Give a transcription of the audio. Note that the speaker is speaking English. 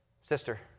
sister